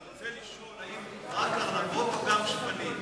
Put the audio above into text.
אני רוצה לשאול אם זה רק ארנבות או גם שפנים.